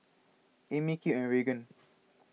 Amey Kip and Reagan